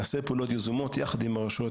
נעשה פעולות יזומות יחד עם הרשויות